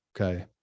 okay